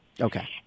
Okay